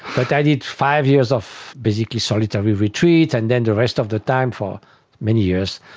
but i did five years of basically solitary retreat and then the rest of the time for many years,